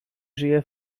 żyje